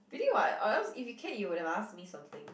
really [what] or else if you can you would have asked me something